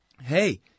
Hey